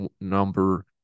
number